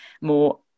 more